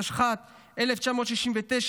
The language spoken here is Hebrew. התשכ"ט 1969,